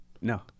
No